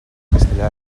castellar